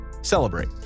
celebrate